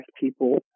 people